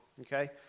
okay